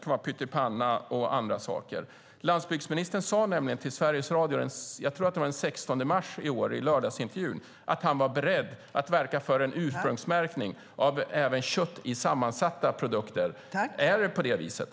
Det kan vara pyttipanna och annat. Landsbygdsministern sade nämligen till Sveriges Radio - jag tror att det var i Lördagsintervjun den 16 mars - att han var beredd att verka för en ursprungsmärkning också av kött i sammansatta produkter. Är det på det viset?